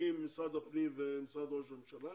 הנציגים ממשרד הפנים ומשרד ראש הממשלה